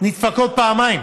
נדפקות פעמיים,